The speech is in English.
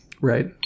Right